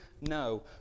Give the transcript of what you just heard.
No